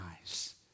eyes